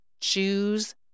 Choose